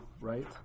right